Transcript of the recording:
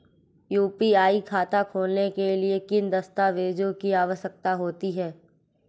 UPI खाता खोलने के लिए किन दस्तावेज़ों की आवश्यकता होती है?